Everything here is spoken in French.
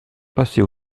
passait